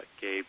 Gabe